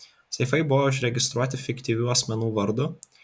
seifai buvo užregistruoti fiktyvių asmenų vardu